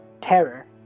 terror